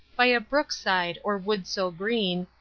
by a brook side or wood so green,